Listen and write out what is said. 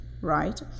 right